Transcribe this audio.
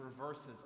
reverses